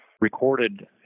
recorded